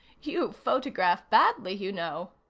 you photograph badly, you know.